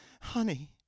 honey